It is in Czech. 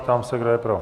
Ptám se, kdo je pro.